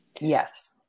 Yes